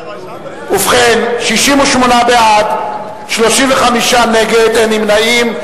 ובכן, 68 בעד, 35 נגד, אין נמנעים.